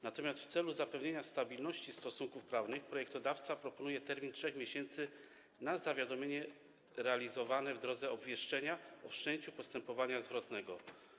Natomiast w celu zapewnienia stabilności stosunków prawnych projektodawca proponuje termin 3 miesięcy na zawiadomienie realizowane w drodze obwieszczenia o wszczęciu postępowania zwrotnego.